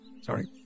Sorry